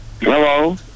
Hello